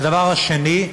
והדבר השני,